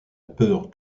peur